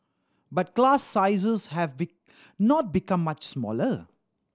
but class sizes have not become much smaller